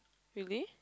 really